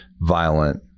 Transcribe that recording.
violent